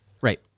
Right